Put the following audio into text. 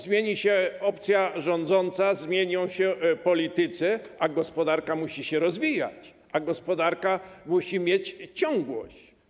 Zmieni się opcja rządząca, zmienią się politycy, a gospodarka musi się rozwijać, gospodarka musi zachować ciągłość.